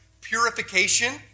purification